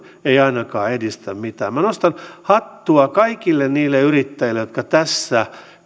ei ainakaan edistä mitään minä nostan hattua kaikille niille yrittäjille jotka tässä